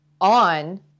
on